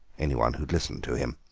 anyone who would listen to him.